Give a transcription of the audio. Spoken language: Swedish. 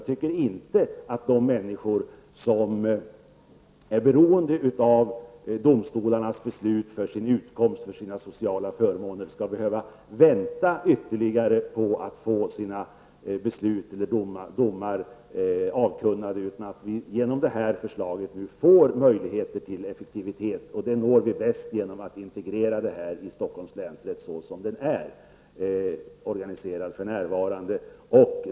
De människor som är beroende av domstolarnas beslut för sin utkomst och sina sociala förmåner skall inte behöva vänta ytterligare på att få sina beslut eller domar avkunnas. Genom detta förslag får vi möjlighet till effektivitet. Det uppnår vi bäst genom att integrera detta i Stockholms länsrätt såsom den är organiserad för närvarande.